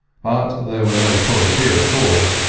but there were no toys here at all.